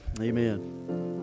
Amen